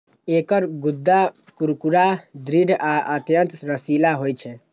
एकर गूद्दा कुरकुरा, दृढ़ आ अत्यंत रसीला होइ छै